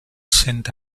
cent